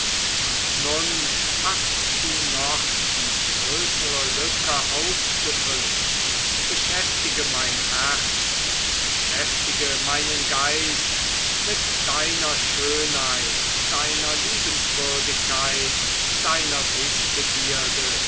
und nun hast du noch die größere lücke auszufüllen beschäftige mein herz beschäftige meinen geist mit deiner schönheit deiner liebenswürdigkeit deiner wißbegierde